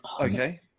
Okay